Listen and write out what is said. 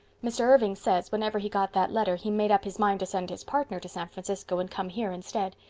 mr. irving says whenever he got that letter he made up his mind to send his partner to san francisco and come here instead.